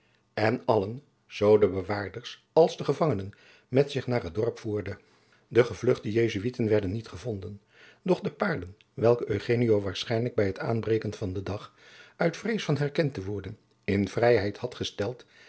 en allen zoo de bewaarders als den gevangenen met zich naar het dorp voerde de gevluchtte jesuiten werden niet gevonden doch de paarden welke eugenio waarschijnlijk bij het aanbreken van den dag uit vrees van herkend te worden in vrijheid had gesteld